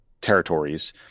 territories